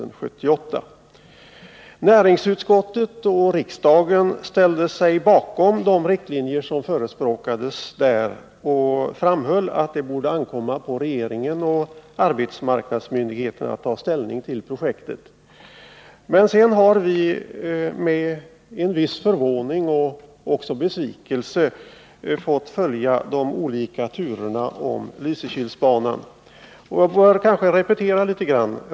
Näringsutskottet och riksdagen ställde sig bakom de riktlinjer som förespråkades i propositionen och framhöll att det bör ankomma på regeringen och arbetsmarknadsmyndigheterna att ta ställning till projektet. Men sedan har vi med en viss förvåning och också besvikelse fått följa de olika turerna beträffande Lysekilsbanan. Jag vill repetera litet grand.